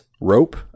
rope